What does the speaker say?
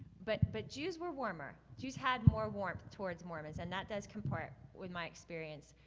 but but jews were warmer. jews had more warmth towards mormons. and that does comport with my experience.